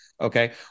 Okay